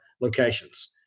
locations